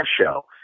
show